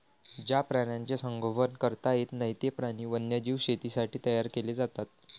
ज्या प्राण्यांचे संगोपन करता येत नाही, ते प्राणी वन्यजीव शेतीसाठी तयार केले जातात